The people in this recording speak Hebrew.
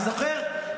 אני זוכר,